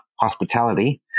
hospitality